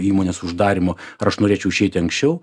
įmonės uždarymo aš norėčiau išeiti anksčiau